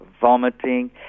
vomiting